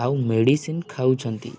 ଆଉ ମେଡ଼ିସିନ୍ ଖାଉଛନ୍ତି